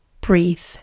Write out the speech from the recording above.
breathe